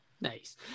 Nice